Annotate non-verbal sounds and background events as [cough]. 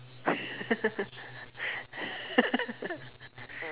[laughs]